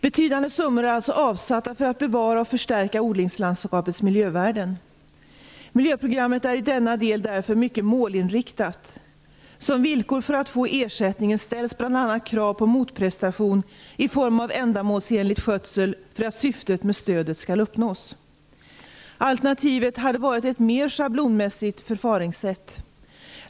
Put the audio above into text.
Betydande summor pengar är alltså avsatta för att bevara och förstärka odlingslandskapets miljövärden. Miljöprogrammet är i denna del därför mycket målinriktat. Som villkor för att få ersättningen ställs bl.a. krav på motprestation i form av ändamålsenlig skötsel för att syftet med stödet skall uppnås. Alternativet hade varit ett mer schablonmässigt förfaringssätt.